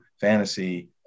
fantasy